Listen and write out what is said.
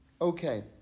Okay